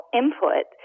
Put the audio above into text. input